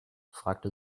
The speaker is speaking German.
fragte